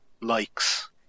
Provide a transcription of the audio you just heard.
likes